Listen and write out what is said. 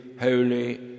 holy